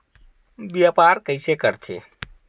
व्यापार कइसे करथे?